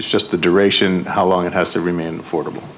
it's just the duration how long it has to remain ford